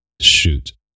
Shoot